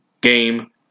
game